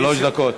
שלוש דקות.